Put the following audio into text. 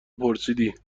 پرسیدی